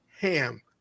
ham